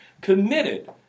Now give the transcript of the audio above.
committed